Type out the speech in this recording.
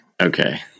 Okay